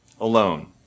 alone